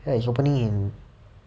ya it's opening in